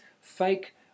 fake